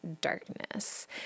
darkness